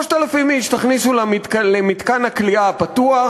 3,000 איש תכניסו למתקן הכליאה הפתוח